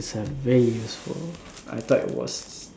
is a very useful I thought it was